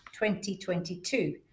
2022